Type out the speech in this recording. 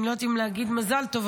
אני לא יודעת אם להגיד מזל טוב,